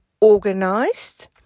organized